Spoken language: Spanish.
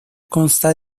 consta